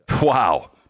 Wow